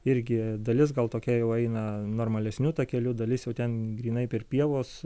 irgi dalis gal tokia jau eina normalesniu takeliu dalis jau ten grynai per pievos